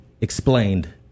explained